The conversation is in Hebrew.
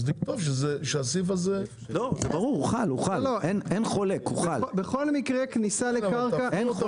אז לכתוב שהסעיף הזה --- אין חולק על העניין,